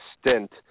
stint